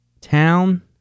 town